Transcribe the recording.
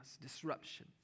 disruption